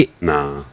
Nah